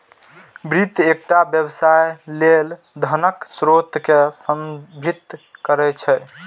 वित्त एकटा व्यवसाय लेल धनक स्रोत कें संदर्भित करै छै